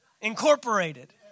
Incorporated